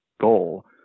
goal